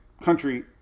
country